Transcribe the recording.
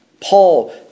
Paul